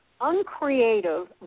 uncreative